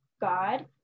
God